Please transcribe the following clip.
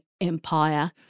empire